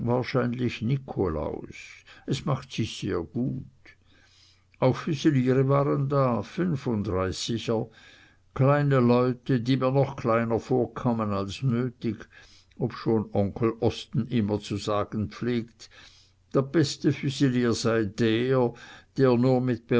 wahrscheinlich nikolaus es macht sich sehr gut auch füsiliere waren da fünfunddreißiger kleine leute die mir doch kleiner vorkamen als nötig obschon onkel osten immer zu sagen pflegte der beste füsilier sei der der nur